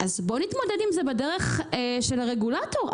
בואו נתמודד עם זה בדרך של הרגולטור.